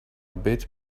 bit